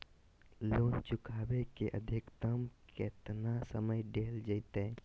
Loan चुकाबे के अधिकतम केतना समय डेल जयते?